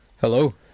Hello